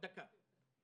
דקה.